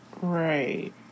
right